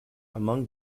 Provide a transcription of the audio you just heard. among